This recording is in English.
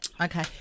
Okay